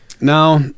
Now